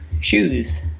shoes